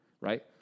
right